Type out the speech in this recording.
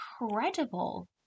incredible